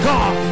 God